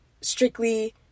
strictly